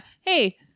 Hey